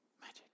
Magic